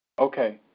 Okay